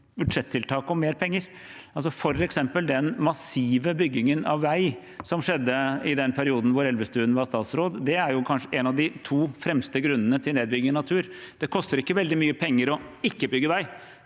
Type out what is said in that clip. og mer penger. For eksempel er den massive byggingen av vei som skjedde i den perioden da Elvestuen var statsråd, kanskje en av de to fremste grunnene til nedbygging av natur. Det koster ikke veldig mye penger å ikke bygge vei.